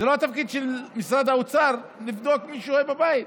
זה לא התפקיד של משרד האוצר לבדוק מי שוהה בבית,